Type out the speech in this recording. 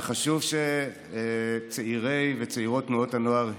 וחשוב שצעירי וצעירות תנועות הנוער ידעו: